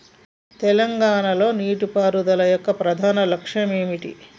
తెలంగాణ లో నీటిపారుదల యొక్క ప్రధాన లక్ష్యం ఏమిటి?